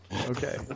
Okay